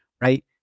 right